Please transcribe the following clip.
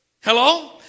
Hello